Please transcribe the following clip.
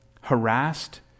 harassed